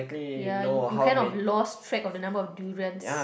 ya you you kind of lost track of the number of durians